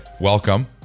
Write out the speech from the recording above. Welcome